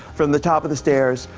from the top of the stairs,